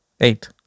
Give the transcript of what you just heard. Eight